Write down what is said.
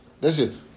Listen